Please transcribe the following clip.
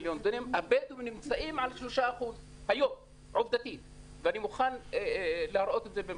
הבדואים היום נמצאים על 3%. ואני מוכן להראות את זה במפות.